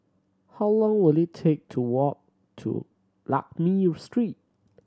how long will it take to walk to Lakme Street